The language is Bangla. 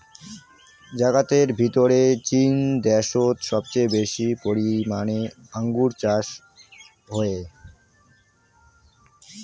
জাগাতের ভিতরে চীন দ্যাশোত সবচেয়ে বেশি পরিমানে আঙ্গুর চাষ হই